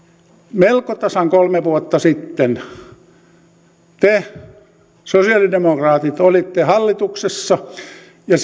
melko tasan kolme vuotta sitten te sosiaalidemokraatit olitte hallituksessa ja